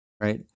Right